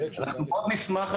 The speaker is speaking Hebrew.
אנחנו מאוד נשמח,